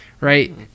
right